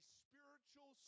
spiritual